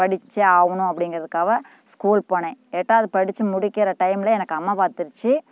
படித்தே ஆகணும் அப்படிங்கிறதுக்காவ ஸ்கூல் போனேன் எட்டாவது படித்து முடிக்கிற டைமில் எனக்கு அம்மை பார்த்துருச்சி